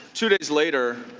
two days later,